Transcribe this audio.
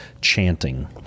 chanting